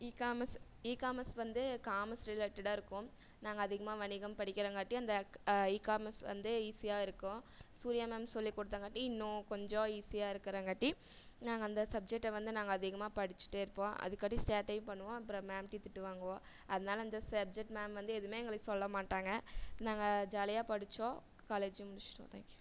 e-commerce ecommerce வந்து commerce ரிலேட்டடாக இருக்கும் நாங்கள் அதிகமாக வணிகம் படிக்கிறங்காட்டி அந்த இகாமஸ் வந்து ஈஸியாக இருக்கும் சூரியா மேம் சொல்லி கொடுத்தாங்க இன்னும் கொஞ்சம் ஈஸியாக இருக்கிறங்காட்டி நாங்கள் அந்த சப்ஜெக்ட்டை வந்து நாங்கள் அதிகமாக படிச்சுட்டே இருப்போம் அடிக்கடி சேட்டையும் பண்ணுவோம் அப்புறம் மேம்கிட்டயும் திட்டு வாங்குவோம் அதனால் அந்த சப்ஜெக்ட் மேம் வந்து எதுவுமே எங்களை சொல்ல மாட்டாங்க நாங்கள் ஜாலியாக படித்தோம் காலேஜ்ஜூம் முடிச்சுட்டோம் தேங்க் யூ